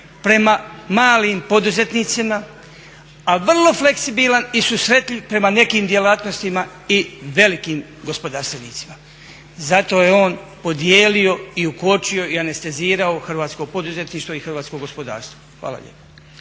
prema malim poduzetnicima, a vrlo fleksibilan i susretljiv prema nekim djelatnostima i velikim gospodarstvenicima. Zato je on podijelio i ukočio i anestezirao hrvatsko poduzetništvo i hrvatsko gospodarstvo. Hvala lijepa.